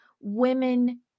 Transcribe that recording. women